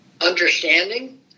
understanding